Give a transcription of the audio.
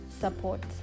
support